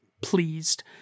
pleased